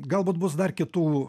galbūt bus dar kitų